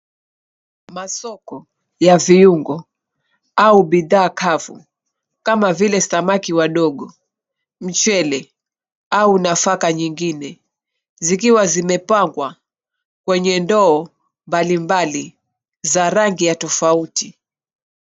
Masoko ya viungo, au bidhaa kavu kama vile samaki wadogo, mchele au nafaka nyingine. Zikiwa zimepangwa kwenye ndoo mbalimbali, za rangi ya tofauti.